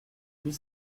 huit